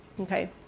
okay